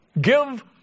Give